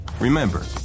Remember